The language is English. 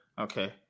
Okay